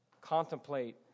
contemplate